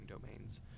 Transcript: domains